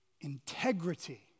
integrity